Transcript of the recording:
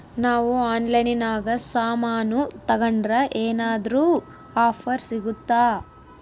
ನಾವು ಆನ್ಲೈನಿನಾಗ ಸಾಮಾನು ತಗಂಡ್ರ ಏನಾದ್ರೂ ಆಫರ್ ಸಿಗುತ್ತಾ?